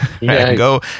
go